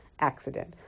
accident